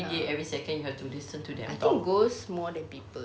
ya I think ghosts more than people